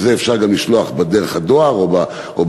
שאת זה אפשר גם לשלוח דרך הדואר או בפקס,